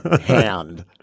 hand